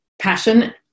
passion